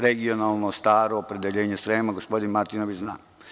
Regionalno, staro opredeljenje Srema, gospodin Martinović to zna.